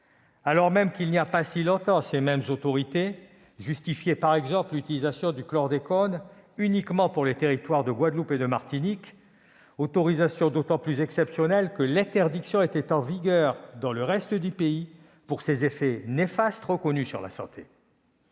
alors que, il n'y a pas si longtemps, ces mêmes autorités justifiaient, par exemple, l'utilisation du chlordécone uniquement pour les territoires de Guadeloupe et de Martinique, autorisation d'autant plus exceptionnelle que l'interdiction était en vigueur dans le reste du pays, à cause des effets néfastes reconnus de ce